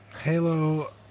Halo